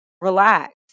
relax